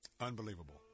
Unbelievable